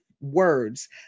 words